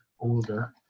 older